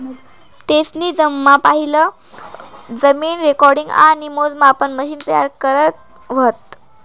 तेसनी जगमा पहिलं जमीन रेकॉर्डिंग आणि मोजमापन मशिन तयार करं व्हतं